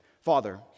Father